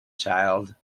child